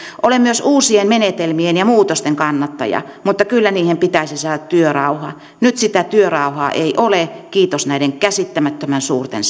olen myös uusien menetelmien ja muutosten kannattaja mutta kyllä niihin pitäisi saada työrauha nyt sitä työrauhaa ei ole kiitos näiden käsittämättömän suurten